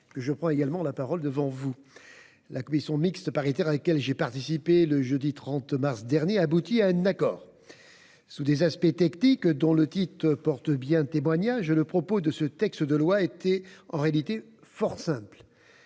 le cadre du projet de loi de finances. La commission mixte paritaire à laquelle j'ai participé le jeudi 30 mars dernier a abouti à un accord. Sous des aspects techniques, dont le titre porte bien témoignage, le propos de ce texte était en réalité fort simple